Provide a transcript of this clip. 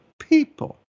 people